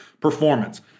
performance